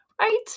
right